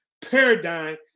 paradigm